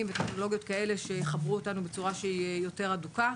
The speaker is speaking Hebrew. וטכנולוגיות שיחברו אותנו בצורה שהיא יותר הדוקה.